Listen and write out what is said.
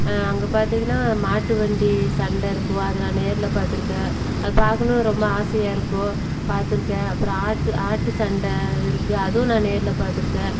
அங்கே பார்த்திங்கன்னா மாட்டு வண்டி சண்டை இருக்கும் அதை நான் நேரில் பார்த்துருக்கேன் அதை பார்க்கணும் ரொம்ப ஆசையாக இருக்கும் பார்த்துருக்கேன் அப்புறம் ஆட்டு ஆட்டு சண்டை இருக்கு அதுவும் நான் நேரில் பார்த்துருக்கேன்